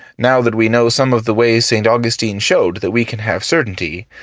now that we know some of the ways st. augustine showed that we can have certainty,